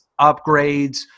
upgrades